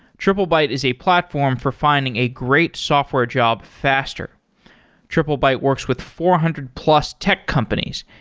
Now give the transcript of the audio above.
triplebyte is a platform for finding a great software job faster triplebyte works with four hundred plus tech companies,